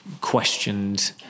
questioned